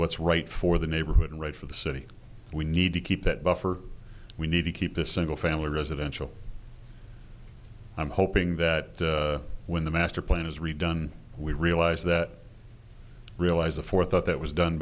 what's right for the neighborhood and right for the city we need to keep that buffer we need to keep this single family residential i'm hoping that when the master plan is redone we realize that realize the forethought that was done